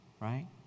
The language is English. right